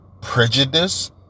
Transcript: prejudice